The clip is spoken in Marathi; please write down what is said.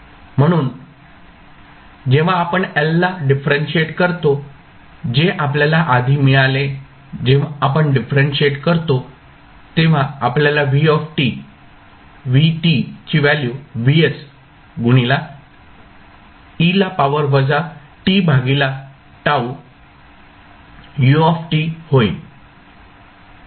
म्हणून जेव्हा आपण I ला डिफरंशिएट करतो जे आपल्याला आधी मिळाले जेव्हा आपण डिफरंशिएट करतो तेव्हा आपल्याला vt ची व्हॅल्यू vs गुणीला e ला पावर वजा t भागीला τ ut होईल